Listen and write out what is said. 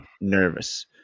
nervous